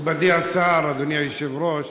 מכובדי השר, אדוני היושב-ראש,